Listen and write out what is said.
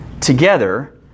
together